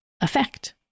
effect